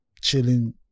chilling